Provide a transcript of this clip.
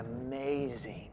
amazing